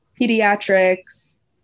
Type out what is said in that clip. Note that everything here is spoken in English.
pediatrics